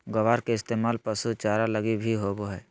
ग्वार के इस्तेमाल पशु चारा लगी भी होवो हय